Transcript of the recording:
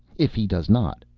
if he does not,